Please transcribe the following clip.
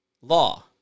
law